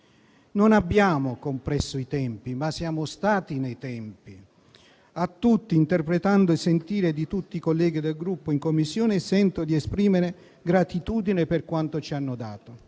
Non abbiamo compresso i tempi, ma siamo stati nei tempi. Interpretando il sentire di tutti i colleghi del Gruppo in Commissione, sento di esprimere gratitudine per quanto ci hanno dato.